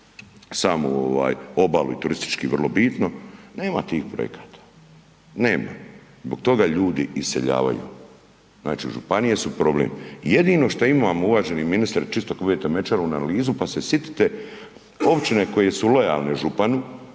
samu obalu i turistički vrlo bitno, nema tih projekata. Nema, zbog toga ljudi iseljavaju. Znači županije su problem. Jedino što imamo, uvaženi ministre, čisto kad bude .../Govornik se ne razumije./... analizu pa se sjetite općine koje su lojalne županiji,